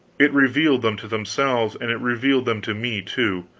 it revealed them to themselves, and it revealed them to me, too.